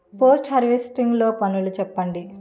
Post harvesting లో పనులను చెప్పండి?